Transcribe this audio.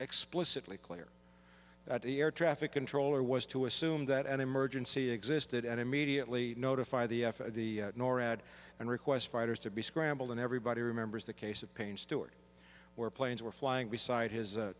explicitly clear that the air traffic controller was to assume that an emergency existed and immediately notify the f a a the norad and request fighters to be scrambled and everybody remembers the case of payne stewart where planes were flying beside his